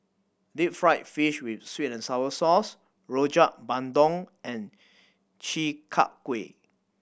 deep fried fish with sweet and sour sauce Rojak Bandung and Chi Kak Kuih